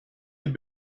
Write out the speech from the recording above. had